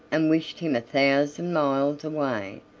and wished him a thousand miles away.